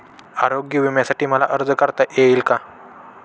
आरोग्य विम्यासाठी मला अर्ज करता येईल का?